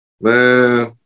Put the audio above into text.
man